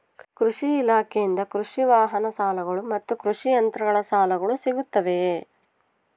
ಕೃಷಿ ಇಲಾಖೆಯಿಂದ ಕೃಷಿ ವಾಹನ ಸಾಲಗಳು ಮತ್ತು ಕೃಷಿ ಯಂತ್ರಗಳ ಸಾಲಗಳು ಸಿಗುತ್ತವೆಯೆ?